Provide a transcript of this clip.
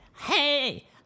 Hey